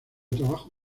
trabajo